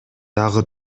дагы